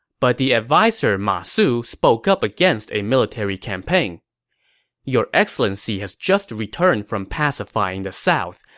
but the adviser ma su spoke up against a military campaign your excellency has just returned from pacifying the south.